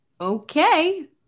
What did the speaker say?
Okay